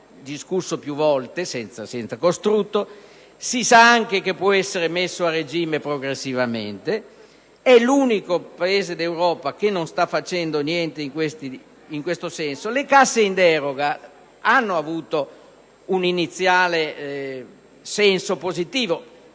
discusso più volte senza costrutto) e si sa anche che può essere messo a regime progressivamente, il nostro è l'unico Paese d'Europa che non sta facendo niente in questo senso. Le casse in deroga hanno avuto un iniziale senso positivo: